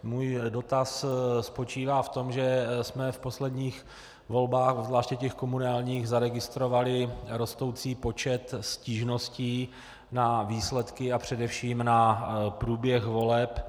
Můj dotaz spočívá v tom, že jsme v posledních volbách, zvláště v těch komunálních, zaregistrovali rostoucí počet stížností na výsledky a především na průběh voleb.